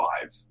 five